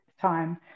time